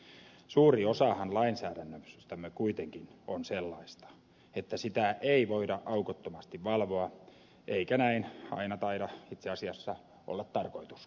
lainsäädännöstämmehän suuri osa on kuitenkin sellaista että sitä ei voida aukottomasti valvoa eikä näin aina taida itse asiassa olla tarkoituskaan